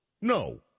No